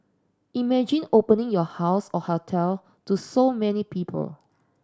imagine opening your house or hotel to so many people